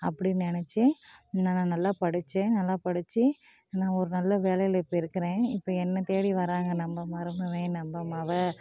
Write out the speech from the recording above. அப்படின்னு நெனைச்சி நான் நான் நல்லா படித்தேன் நல்லா படித்து நான் ஒரு நல்ல வேலையில் இப்போ இருக்கிறேன் இப்போ என்னைத்தேடி வர்றாங்க நம்ம மருமகன் நம்ம மக